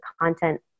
content